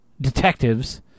detectives